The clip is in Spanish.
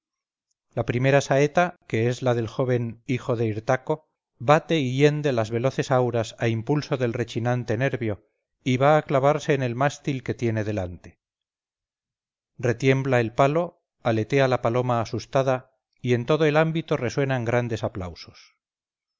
la primera saeta que es la del joven hijo de hirtaco bate y hiende las veloces auras a impulso del rechinante nervio y va a clavarse en el mástil que tiene delante retiembla el palo aletea la paloma asustada y en todo el ámbito resuenan grandes aplausos